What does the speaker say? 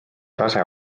tase